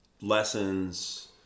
lessons